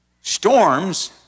storms